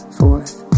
forth